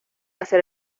hacer